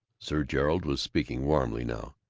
sir gerald was speaking warmly now.